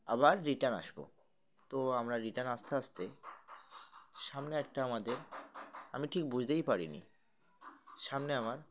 আবার রিটার্ন আসব তো আমরা রিটার্ন আসতে আসতে সামনে একটা আমাদের আমি ঠিক বুঝতেই পারিনি সামনে আমার